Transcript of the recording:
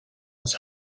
was